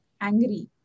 angry